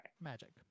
Magic